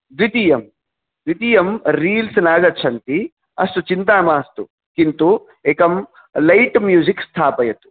द्वितीयं द्वितीयं रील्स् नागच्छन्ति अस्तु चिन्ता मास्तु किन्तु एकं लैट् म्यूसिक् स्थापयतु